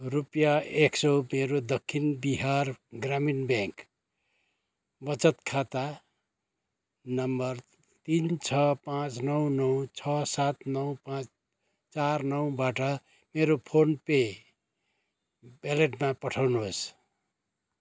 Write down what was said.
रुपियाँ एक सौ मेरो दक्षिण बिहार ग्रामीण ब्याङ्क वचत खाता नम्बर तिन छ पाँच नौ नौ छ सात नौ पाँच चार नौबाट मेरो फोन पे वालेटमा पठाउनुहोस्